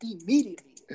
immediately